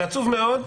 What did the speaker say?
זה עצוב מאוד,